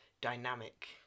dynamic